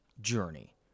journey